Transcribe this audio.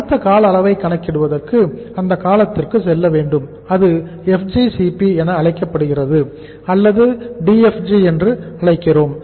அடுத்த கால அளவை கணக்கிடுவதற்கு அடுத்த காலத்திற்கு செல்ல வேண்டும் இது FGCP என அழைக்கப்படுகிறது அல்லது அதை DFG என்றும் அழைக்கிறோம்